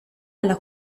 alla